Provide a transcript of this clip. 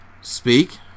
Speak